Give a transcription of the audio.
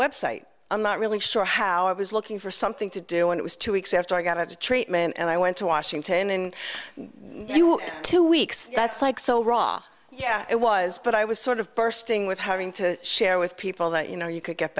web site i'm not really sure how i was looking for something to do when it was two weeks after i got to treatment and i went to washington in two weeks that's like so wrong yeah it was but i was sort of bursting with having to share with people that you know you could get